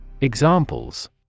Examples